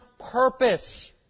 purpose